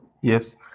Yes